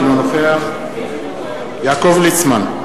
אינו נוכח יעקב ליצמן,